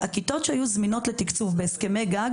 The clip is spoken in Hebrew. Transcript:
הכיתות שהיו זמינות לתקצוב בהסכמי גג